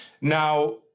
Now